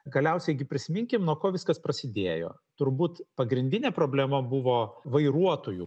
galiausiai prisiminkim nuo ko viskas prasidėjo turbūt pagrindinė problema buvo vairuotojų